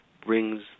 brings